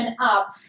up